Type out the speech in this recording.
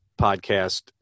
podcast